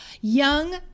young